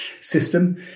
system